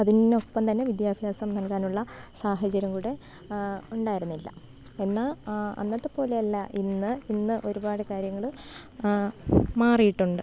അതിന് ഒപ്പം തന്നെ വിദ്യാഭ്യാസം നൽകാനുള്ള സാഹചര്യം കൂടെ ഉണ്ടായിരുന്നില്ല എന്ന അന്നത്തെ പോലെ അല്ല ഇന്ന് ഇന്ന് ഒരുപാട് കാര്യങ്ങൾ മാറിയിട്ടുണ്ട്